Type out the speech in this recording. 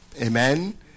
Amen